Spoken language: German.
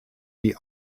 die